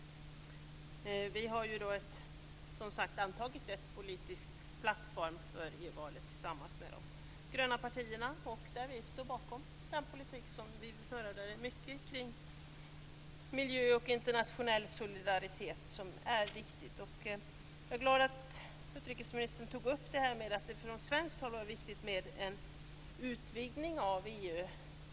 Vi har, som sagt, antagit en politisk plattform för EU-valet tillsammans med de gröna partierna. Vi står bakom den politiken. Det är mycket kring miljö och internationell solidaritet som är viktigt. Jag är glad över att utrikesministern tog upp att man från svenskt håll tyckte att det var viktigt med en utvidgning av EU.